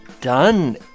done